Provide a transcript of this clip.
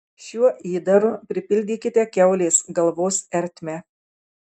šiuo įdaru pripildykite kiaulės galvos ertmę